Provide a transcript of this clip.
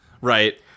right